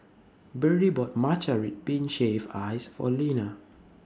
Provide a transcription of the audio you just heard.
Berdie bought Matcha Red Bean Shaved Ice For Lina